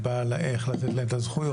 היא דנה איך לתת להן את הזכויות.